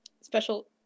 Special